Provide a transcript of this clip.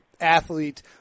athlete